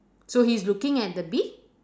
so he's looking at the bee